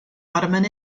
ottoman